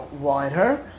wider